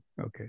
Okay